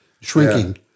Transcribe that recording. shrinking